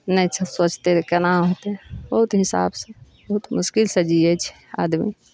नही छ सोचतै तऽ केना होयतै बहुत हिसाबसँ बहुत मुश्किलसँ जीयै छै आदमी